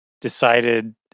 Decided